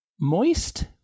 Moist